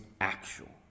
actual